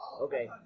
Okay